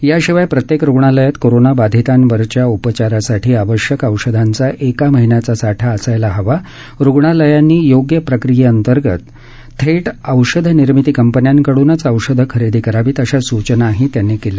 याशिवाय प्रत्येक रुग्णालयात कोरोनाबाधितांवरच्या उपचारासाठी आवश्यक औषधांचा एका महिन्याचा साठा असायला हवा रुग्णालयांनी योग्य प्रक्रियेअंतर्गत थेट औषध निर्मिती कंपन्यांकडूनच औषधं खरेदी करावीत अशा सूचनाही त्यांनी केल्या